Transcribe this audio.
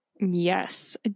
Yes